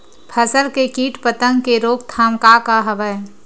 फसल के कीट पतंग के रोकथाम का का हवय?